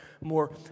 more